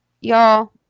Y'all